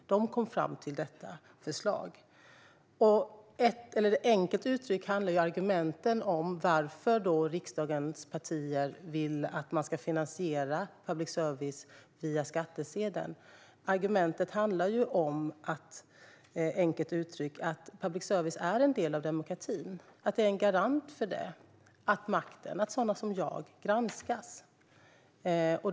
De kom fram till detta förslag. Argumenten för att riksdagens partier vill att man ska finansiera public service via skattsedeln handlar, enkelt uttryckt, om att public service är en del av demokratin och en garant för denna och för att makten - sådana som jag - granskas.